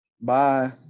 bye